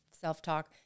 self-talk